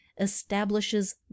establishes